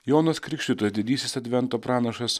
jonas krikštytojas didysis advento pranašas